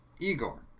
Igor